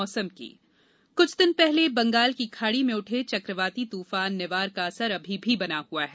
मौसम कुछ दिन पहले बंगाल की खाड़ी में उठे चक्रवाती तूफान निवार का असर अभी भी बना हुआ है